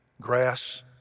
Grass